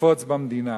נפוץ במדינה.